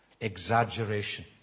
exaggeration